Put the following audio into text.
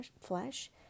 flesh